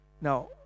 now